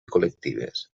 col·lectives